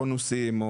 בונוסים,